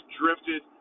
drifted